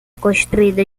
construída